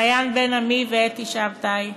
למעיין בן עמי ולאתי שבתאי,